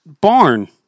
barn